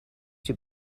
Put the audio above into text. too